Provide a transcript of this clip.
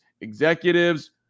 executives